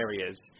areas